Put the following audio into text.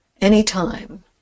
Anytime